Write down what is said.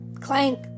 clank